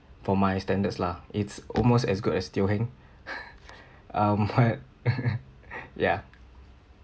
for my standards lah it's almost as good as Teo Heng um what ya